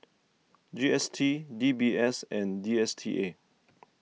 G S T D B S and D S T A